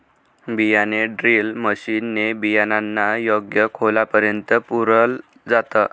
बियाणे drill machine ने बियाणांना योग्य खोलापर्यंत पुरल जात